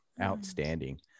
Outstanding